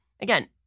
again